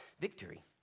Victory